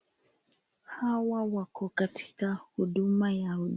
Hawa wako katika huduma ya.